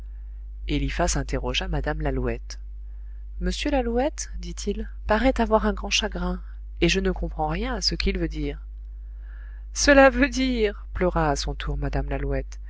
eliphas interrogea mme lalouette m lalouette dit-il paraît avoir un grand chagrin et je ne comprends rien à ce qu'il veut dire cela veut dire pleura à son tour mme lalouette